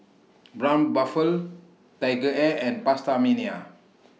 Braun Buffel TigerAir and PastaMania